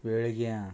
वेळग्या